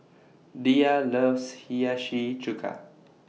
Diya loves Hiyashi Chuka